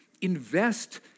Invest